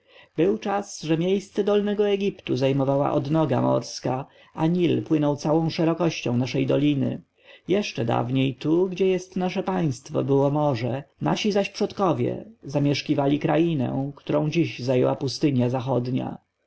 był czas że miejsce dolnego egiptu zajmowała odnoga morska a nil płynął całą szerokością naszej doliny jeszcze dawniej tu gdzie jest nasze państwo było morze nasi zaś przodkowie zamieszkiwali krainę którą dziś zajęła pustynia zachodnia